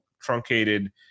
truncated